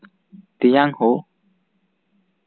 ᱛᱮᱭᱟᱝ ᱦᱳ